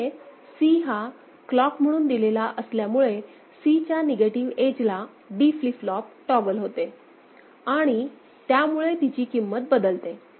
इथे C हा clock म्हणून दिलेला असल्यामुळे Cच्या निगेटिव एज ला D फ्लीप फ्लोप टॉगल होते आणि त्यामुळे तिची किंमत बदलते